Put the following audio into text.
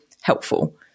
helpful